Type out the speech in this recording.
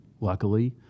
luckily